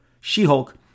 She-Hulk